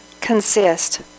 consist